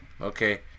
Okay